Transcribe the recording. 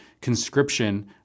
conscription